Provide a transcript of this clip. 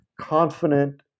confident